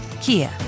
Kia